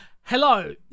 hello